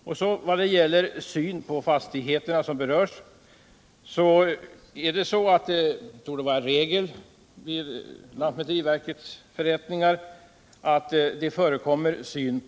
Beträffande syn på de berörda fastigheterna torde det vara regel att det vid lantmäteriverkets förrättningar förekommer sådant.